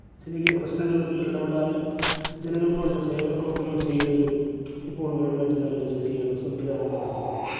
ജനകീയ പ്രശ്നങ്ങളിൽ ഇടപെടാനും ജനങ്ങൾക്ക് വേണ്ടിയുള്ള സേവന പ്രവർത്തനങ്ങൾ ചെയ്യുന്നതിലും ഇപ്പോൾ ഗെവൺമെൻട് നല്ല സജ്ജീകരണം സംവിധാനങ്ങൾ നടത്തിക്കോണ്ടിരിയ്ക്കുകയാണ്